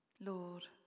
Lord